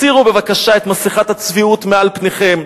הסירו בבקשה את מסכת הצביעות מעל פניכם.